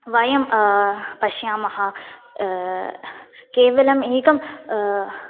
वयं पश्यामः केवलम् एकं